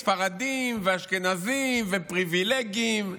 ספרדים ואשכנזים ופריבילגים.